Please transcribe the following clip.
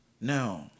No